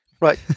Right